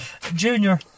Junior